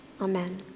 Amen